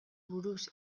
buruz